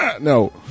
No